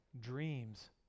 dreams